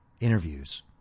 interviews